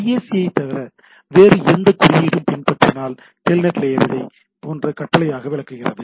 IAC ஐ வேறு எந்த குறியீடும் பின்பற்றினால் டெல்நெட் லேயர் இதைப் போன்ற கட்டளையாக விளக்குகிறது